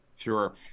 Sure